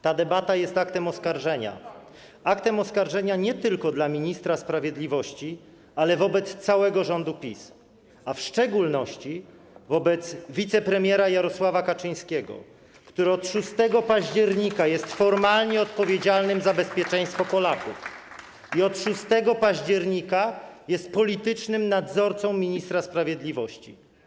Ta debata jest aktem oskarżenia, aktem oskarżenia nie tylko wobec ministra sprawiedliwości, ale wobec całego rządu PiS, a w szczególności wobec wicepremiera Jarosława Kaczyńskiego, który od 6 października jest formalnie odpowiedzialny za bezpieczeństwo Polaków i od 6 października jest politycznym nadzorcą ministra sprawiedliwości.